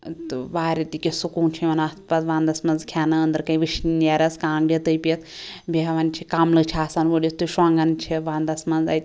تہٕ واریاہ تہِ کیٚنٛہہ سکوٗن چھِ یوان اَتھ پَتہٕ وَنٛدَس مَنٛز کھیٚنہٕ أندرٕ کَنۍ وشنیرَس کانٛگڑِ تٔپِتھ بیٚہوان چھِ کملہٕ چھِ آسان وُڑِتھ تہٕ شۄنٛگان چھِ ونٛدَس مَنٛز اَتہِ